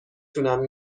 تونم